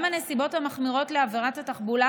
גם הנסיבות המחמירות לעבירת התחבולה